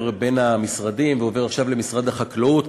בין המשרדים ועובר עכשיו למשרד החקלאות,